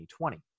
2020